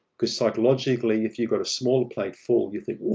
because psychologically, if you've got a smaller plate full, you think, oh,